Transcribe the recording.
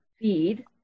feed